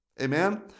Amen